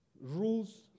rules